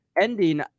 ending